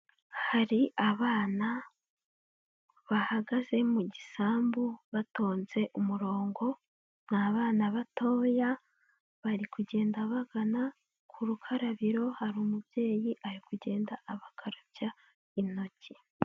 Hari abana bahagaze mu gisambu batonze umurongo, ni abana batoya bari kugenda bagana ku rukarabiro, hari umubyeyi ari kugenda abakarabya intoki.